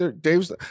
Dave's